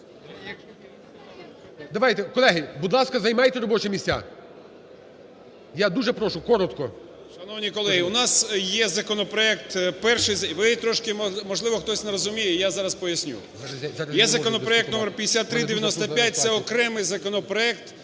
давайте. Колеги, будь ласка, займайте робочі місця. Я дуже прошу коротко. 11:37:59 КОЖЕМ’ЯКІН А.А. Шановні колеги, у нас є законопроект перший. Ви трошки, можливо, хтось не розуміє, я зараз поясню. Є законопроект № 5395 – це окремий законопроект